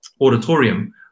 auditorium